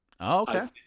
Okay